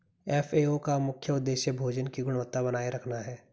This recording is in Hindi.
एफ.ए.ओ का मुख्य उदेश्य भोजन की गुणवत्ता बनाए रखना है